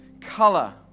color